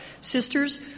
Sisters